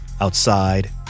Outside